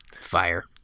fire